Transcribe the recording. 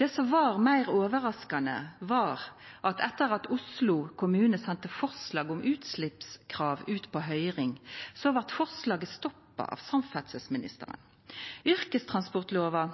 Det som var meir overraskande, var at etter at Oslo kommune sende forslag om utsleppskrav ut på høyring, blei forslaget stoppa av samferdselsministeren. Yrkestransportlova